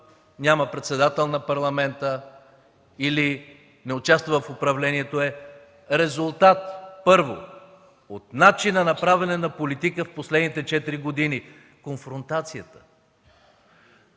няма председател на Парламента или не участва в управлението, е резултат, първо, от начина на правене на политика през последните четири години – от конфронтацията,